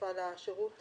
רצופה לשירות עצמו?